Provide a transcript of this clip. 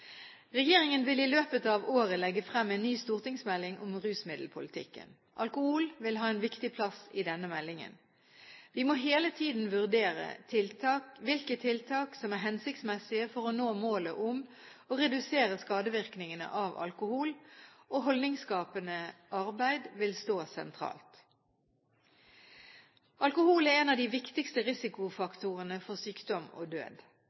Regjeringen vil i løpet av året legge frem en ny stortingsmelding om rusmiddelpolitikken. Alkohol vil ha en viktig plass i denne meldingen. Vi må hele tiden vurdere hvilke tiltak som er hensiktsmessige for å nå målet om å redusere skadevirkningene av alkohol, og holdningsskapende arbeid vil stå sentralt. Alkohol er en av de viktigste risikofaktorene for sykdom og død.